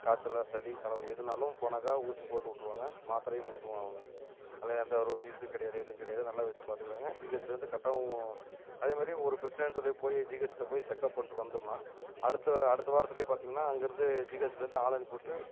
காய்ச்சலா சளி தலைவலி எதுனாலும் போனாக்கா ஊசி போட்டு விட்ருவாங்க மாத்திரையும் கொடுத்துருவாங்க அவங்களே அதில் எந்த ஒரு ஃபீஸும் கிடையாது ஏதும் கிடையாது நல்லா வச்சு பாத்துக்கிறாங்க ஜிஹெச்சில் இருந்து கரெக்டாகவும் அதேமாதிரி ஒரு பிரச்சனைனு சொல்லி போய் ஜிஹெச்சில் போய் செக்கப் பண்ணிவிட்டு வந்தோம்னா அடுத்த அடுத்த வாரத்துலேயே பார்த்திங்கனா அங்கே இருந்து ஜிஹெச்சில் இருந்து ஆள் அனுப்பி விட்டு